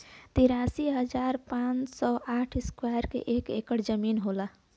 तिरालिस हजार पांच सौ और साठ इस्क्वायर के एक ऐकर जमीन होला